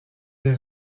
des